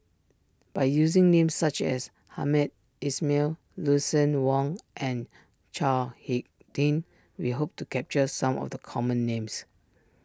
by using names such as Hamed Ismail Lucien Wang and Chao Hick Tin we hope to capture some of the common names